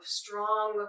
strong